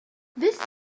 this